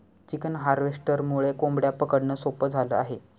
chicken हार्वेस्टरमुळे कोंबड्या पकडणं सोपं झालं आहे